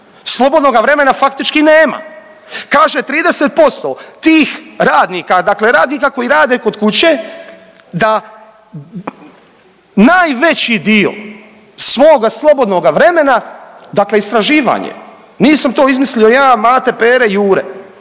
Slobodnoga vremena faktički nema. Kaže 30% tih radnika, dakle radnika koji rade kod kuće da najveći dio svoga slobodnoga vremena dakle istraživanje, nisam to izmislio ja, Mate, Pere, Jure,